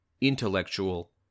intellectual